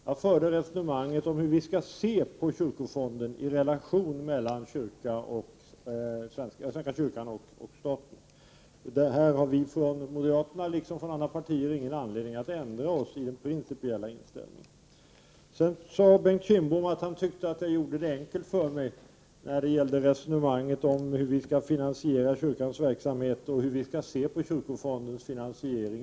Jag förde resonemanget om hur vi skall se på kyrkofonden i relationen mellan svenska kyrkan och staten. Vi moderater och andra har ingen anledning att ändra vår principiella inställning. Bengt Kindbom tyckte att jag gjorde det enkelt för mig i resonemanget om hur vi skall finansiera kyrkans verksamhet och hur vi skall se på kyrkofondens verksamhet.